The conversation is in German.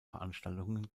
veranstaltungen